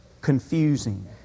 confusing